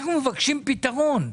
אנחנו מבקשים פתרון.